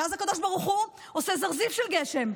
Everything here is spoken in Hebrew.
ואז הקדוש ברוך הוא עושה זרזיף של גשם.